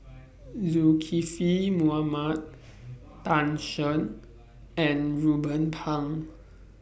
Zulkifli Bin Mohamed Tan Shen and Ruben Pang